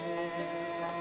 and